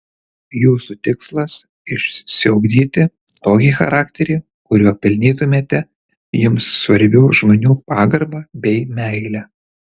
jūsų tikslas išsiugdyti tokį charakterį kuriuo pelnytumėte jums svarbių žmonių pagarbą bei meilę